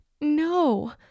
No